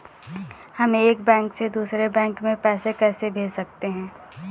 हम एक बैंक से दूसरे बैंक में पैसे कैसे भेज सकते हैं?